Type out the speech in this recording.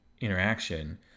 interaction